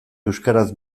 euskaraz